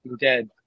Dead